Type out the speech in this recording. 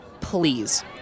Please